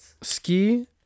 ski